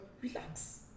Relax